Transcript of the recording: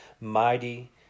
mighty